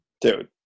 dude